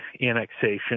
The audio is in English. annexation